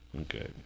Okay